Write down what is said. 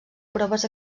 proves